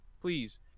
Please